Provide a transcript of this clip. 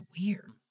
weird